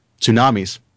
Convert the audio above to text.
tsunamis